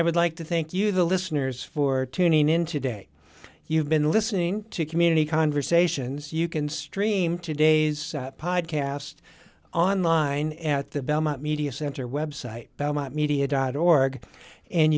i would like to thank you the listeners for tuning in today you've been listening to community conversations you can stream today's podcast online at the belmont media center website belmont media dot org and